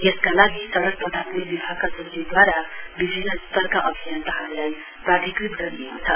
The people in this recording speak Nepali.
यसका लागि सड़क तथा प्ल विभागका सचिवद्वारा विभिन्न स्तरका अभियन्ताहरूलाई प्राधिकृत गरिएको छ